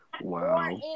Wow